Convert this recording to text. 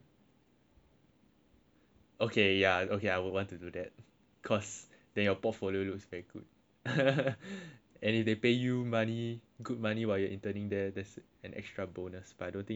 okay ya okay I would want to do that cause then your portfolio looks very good and if they pay you money good money while you're interning there that's an actual bonus